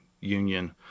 Union